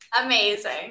Amazing